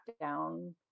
down